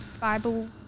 Bible